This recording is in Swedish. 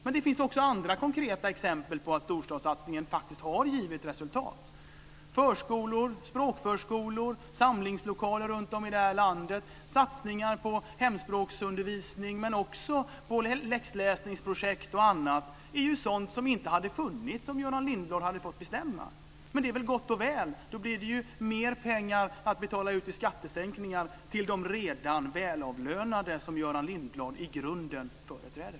Men det finns andra konkreta exempel på att storstadssatsningen faktiskt har givit resultat: förskolor, språkförskolor, samlingslokaler runtom i landet, satsningar på hemspråksundervisning men också läxläsningsprojekt och annat. Det är sådant som inte hade funnits om Göran Lindblad hade fått bestämma. Det är väl gott och väl, för då blir det mer pengar över till skattesänkningar till de redan välavlönade som Göran Lindblad i grunden företräder.